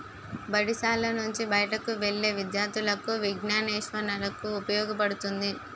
బడిశాల నుంచి బయటకు వెళ్లే విద్యార్థులకు విజ్ఞానాన్వేషణకు ఉపయోగపడుతుంది